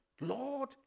Lord